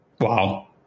Wow